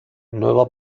nueva